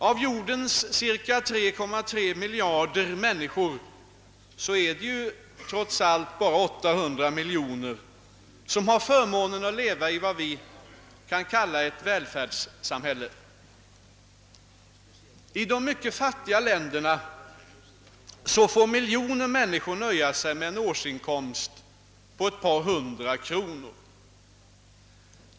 Av jordens cirka 3,3 miljarder människor är det trots allt bara 800 miljoner som har förmånen att leva i vad vi kan kalla ett välfärdssamhälle. I de mycket fattiga länderna får miljoner människor nöja sig med en årsinkomst på ett par hundra kronor.